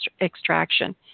extraction